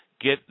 get